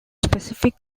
specific